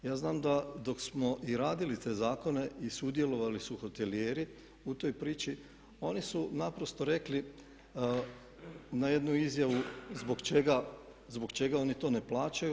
Ja znam da dok smo i radili te zakone i sudjelovali su hotelijeri u toj priči oni su naprosto rekli na jednu izjavu zbog čega oni to ne plaćaju.